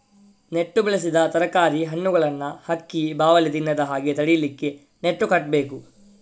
ನೆಟ್ಟು ಬೆಳೆಸಿದ ತರಕಾರಿ, ಹಣ್ಣುಗಳನ್ನ ಹಕ್ಕಿ, ಬಾವಲಿ ತಿನ್ನದ ಹಾಗೆ ತಡೀಲಿಕ್ಕೆ ನೆಟ್ಟು ಕಟ್ಬೇಕು